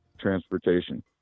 transportation